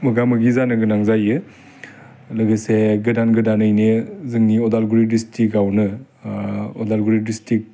मोगा मोगि जानो गोनां जायो लोगोसे गोदान गोदानैनो जोंनि अदालगुरि ड्रिस्टिक्टआवनो अदालगुरि ड्रिस्टिक्ट